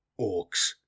Orcs